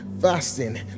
Fasting